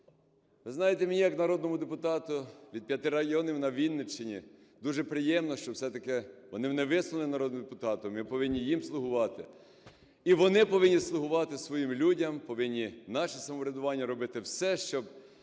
Ви знаєте, мені як народному депутату від п'яти районів на Вінниччині дуже приємно, що все-таки вони мене висунули народним депутатом і ви повинні їм слугувати. І вони повинні слугувати своїм людям, повинні, наше самоврядування, робити все, щоб